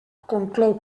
conclou